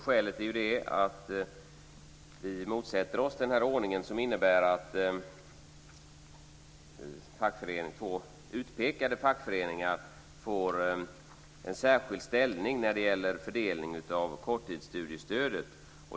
Skälet är att vi motsätter oss den ordning som innebär att två utpekade fackföreningar får en särskild ställning när det gäller fördelningen av korttidsstudiestödet.